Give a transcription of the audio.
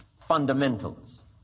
fundamentals